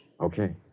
Okay